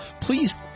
please